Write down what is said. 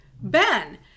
Ben